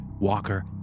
Walker